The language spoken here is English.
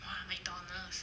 !wah! mcdonald's